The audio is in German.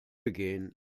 begehen